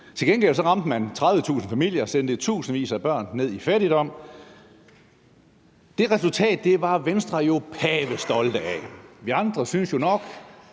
Til gengæld ramte man 30.000 familier og sendte i tusindvis af børn ned i fattigdom, og det resultat var Venstre jo pavestolte af, mens vi andre jo nok